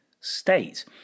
state